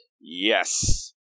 yes